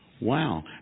Wow